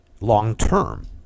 long-term